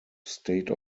state